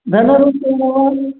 धनरूपम्